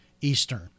Eastern